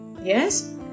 yes